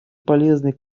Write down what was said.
полезной